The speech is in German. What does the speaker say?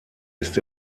ist